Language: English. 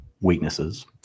weaknesses